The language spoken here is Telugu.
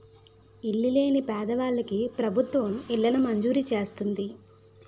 ఇల్లు లేని పేదవాళ్ళకి ప్రభుత్వం ఇళ్లను మంజూరు చేస్తుంది